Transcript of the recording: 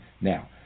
now